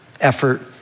effort